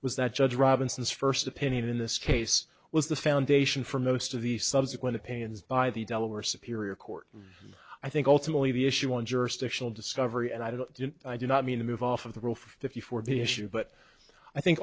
was that judge robinson's first opinion in this case was the foundation for most of the subsequent opinions by the delaware superior court and i think ultimately the issue on jurisdictional discovery and i didn't didn't i do not mean to move off of the rule for the few for the issue but i think